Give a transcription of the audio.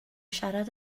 siarad